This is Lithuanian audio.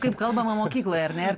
kaip kalbama mokykloj ar ne